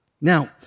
Now